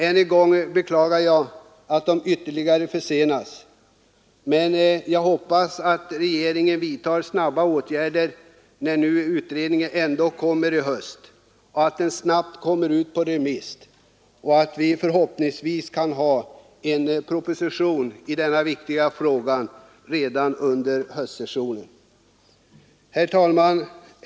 Än en gång beklagar jag att det ytterligare försenats, men jag hoppas att regeringen ser till att betänkandet snabbt kommer ut på remiss så att vi förhoppningsvis kan få en proposition i denna viktiga fråga redan under höstsessionen. Herr talman!